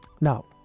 now